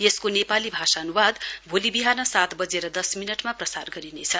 यसको नेपाली भाषानुवाद भोलि विहान सात बजेर दस मिनटमा प्रसार गरिनेछ